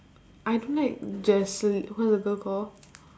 I don't like Jasl~ what's the girl call